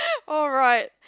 alright